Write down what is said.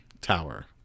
tower